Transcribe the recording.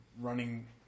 running